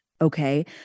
Okay